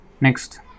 Next